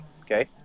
okay